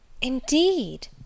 Indeed